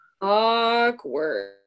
Awkward